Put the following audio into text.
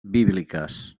bíbliques